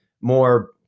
more